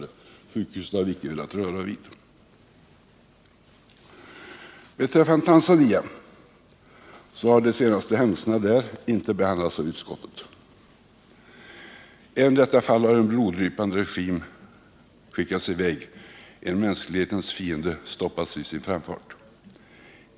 De senaste händelserna i Tanzania har icke behandlats av utskottet. Även i detta fall har en bloddrypande regim skickats i väg, en mänsklighetens fiende har stoppats i sin framfart.